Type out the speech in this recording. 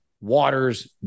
water's